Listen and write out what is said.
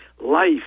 life